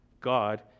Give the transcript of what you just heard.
God